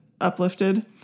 uplifted